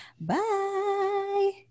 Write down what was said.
Bye